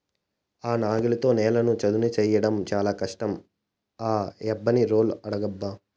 ఆ నాగలితో నేలను చదును చేయడం చాలా కష్టం ఆ యబ్బని రోలర్ అడుగబ్బా